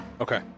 Okay